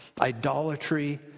idolatry